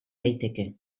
daiteke